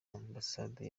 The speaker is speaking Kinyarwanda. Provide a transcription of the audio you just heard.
ambasade